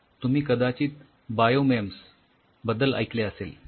तुम्ही कदाचीत बायोमेम्स बद्दल ऐकले असेल